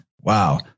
Wow